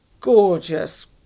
gorgeous